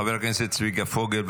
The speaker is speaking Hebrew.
חבר הכנסת צביקה פוגל,